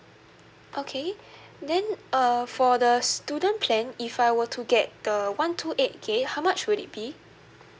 okay then uh for the student plan if I were to get the one two eight gig how much would it be